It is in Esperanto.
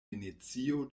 venecio